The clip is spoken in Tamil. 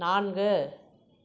நான்கு